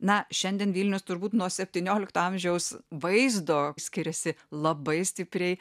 na šiandien vilnius turbūt nuo septyniolikto amžiaus vaizdo skiriasi labai stipriai